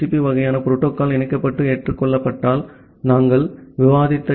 B வகையான protocol இணைக்கப்பட்டு ஏற்றுக்கொள்ளப்பட்டால் நாங்கள் விவாதித்த டி